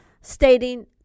stating